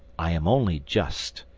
i am only just.